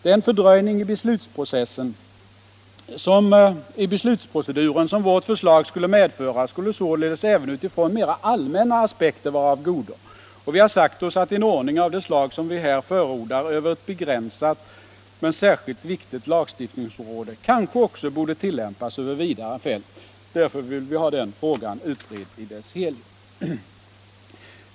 Den fördröjning i beslutsproceduren som vårt förslag skulle medföra bör således även utifrån mera allmänna aspekter vara av godo. Och vi har sagt oss att en ordning av det slag som vi här förordar över ett begränsat men särskilt viktigt lagstiftningsområde kanske också borde tillämpas över ett vidare fält. Därför vill vi ha den frågan utredd i dess helhet.